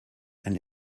and